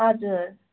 हजुर